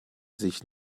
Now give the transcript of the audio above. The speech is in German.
sich